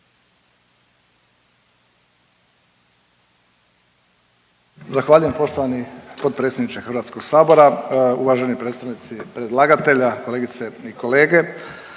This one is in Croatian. Zahvaljujem poštovani potpredsjedniče HS-a. Uvaženi predstavnici predlagatelja, kolegice i kolege.